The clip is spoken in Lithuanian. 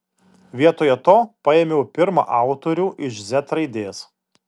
vietoje to paėmiau pirmą autorių iš z raidės